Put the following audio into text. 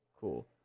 Cool